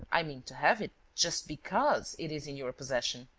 i mean to have it just because it is in your possession.